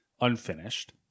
unfinished